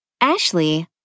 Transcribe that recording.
Ashley